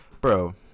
bro